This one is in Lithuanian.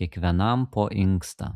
kiekvienam po inkstą